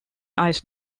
ice